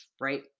right